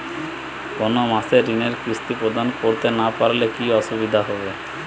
কোনো মাসে ঋণের কিস্তি প্রদান করতে না পারলে কি অসুবিধা হবে?